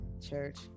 church